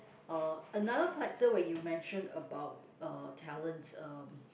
oh another factor when you mention about uh talents um